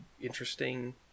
interesting